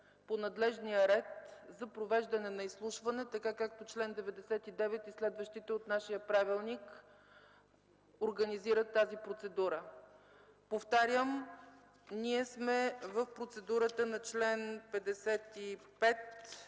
по надлежния ред за провеждане на изслушване, както по чл. 99 и следващите от нашия правилник се организира тази процедура. Повтарям, ние сме в процедурата на чл. 55,